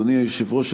אדוני היושב-ראש,